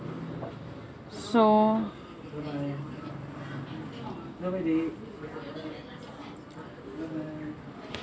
so